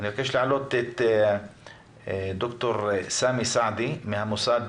אני מבקש להעלות את ד"ר סאמי סעדי מן המוסד